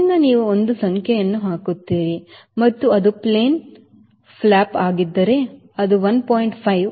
ಆದ್ದರಿಂದ ನೀವು ಒಂದು ಸಂಖ್ಯೆಯನ್ನು ಹಾಕುತ್ತೀರಿ ಮತ್ತು ಅದು ಪ್ಲೇನ್ ಫ್ಲಾಪ್ ಆಗಿದ್ದರೆ ಅದು 1